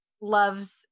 loves